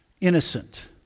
innocent